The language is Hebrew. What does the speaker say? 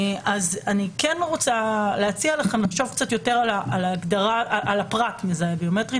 אני כן רוצה להציע לכם לחשוב קצת יותר על הפרט "מזהה ביומטרי",